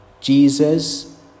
Jesus